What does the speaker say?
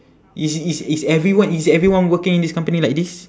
is is is everyone is everyone working in this company like this